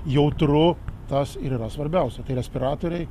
jautru tas ir yra svarbiausia tai respiratoriai